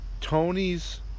Tony's